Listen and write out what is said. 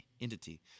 entity